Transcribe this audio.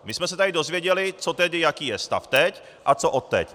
My jsme se tady dozvěděli, co tedy, jaký je stav teď a co odteď.